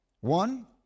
One